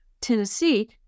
Tennessee